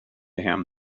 him